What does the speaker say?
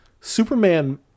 superman